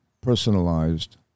personalized